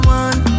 one